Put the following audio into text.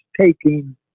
taking